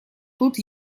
тут